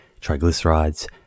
triglycerides